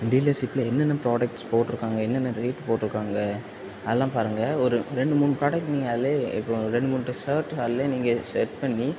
டீலர்ஷிப்பில் என்னென்ன ப்ராடெக்ட்ஸ் போட்டுருக்காங்க என்னென்ன ரேட் போட்டுருக்காங்க அதெல்லாம் பாருங்கள் ஒரு ரெண்டு மூணு ப்ராடக்ட் நீங்கள் அதுல இப்போ ரெண்டு மூணு ஷர்ட் அதுல நீங்கள் செலக்ட் பண்ணி